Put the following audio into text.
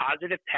positive